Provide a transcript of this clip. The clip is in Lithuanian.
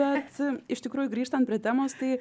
bet iš tikrųjų grįžtant prie temos tai